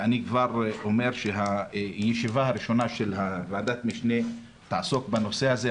ואני כבר אומר שהישיבה הראשונה של ועדת משנה תעסוק בנושא הזה.